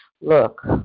Look